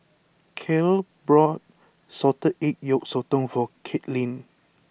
Cale brought Salted Egg Yolk Sotong for Katelynn